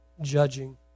judging